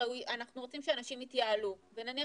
הרי אנחנו רוצים שאנשים יתייעלו ונניח